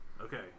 Okay